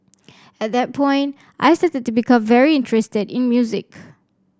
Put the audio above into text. at that point I started to become very interested in music